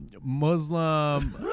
Muslim